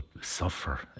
suffer